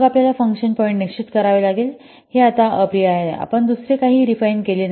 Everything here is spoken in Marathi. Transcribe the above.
मग आपल्याला फंक्शन पॉईंट्स निश्चित करावे लागेल आणि हे आता अप्रिय आहे आपण दुसरे काहीही रिफाइन केले नाही